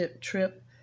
trip